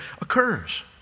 occurs